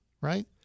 Right